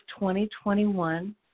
2021